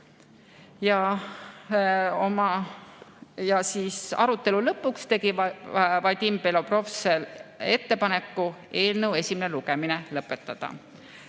olema. Arutelu lõpuks tegi Vadim Belobrovtsev ettepaneku eelnõu esimene lugemine lõpetada.